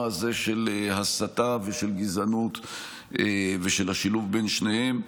הזה של הסתה ושל גזענות ושל השילוב בין שניהם.